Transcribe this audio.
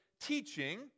teaching